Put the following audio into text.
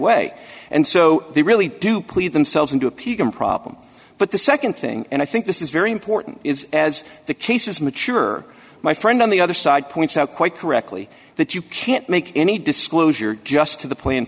way and so they really do plead themselves into a peak of a problem but the nd thing and i think this is very important is as the cases mature my friend on the other side points out quite correctly that you can't make any disclosure just to the plan